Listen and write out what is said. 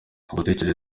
gutegereza